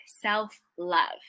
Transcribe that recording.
self-love